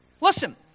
Listen